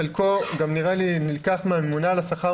חלקו גם נראה לי שנלקח מהממונה על השכר,